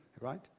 Right